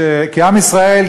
כי עם ישראל,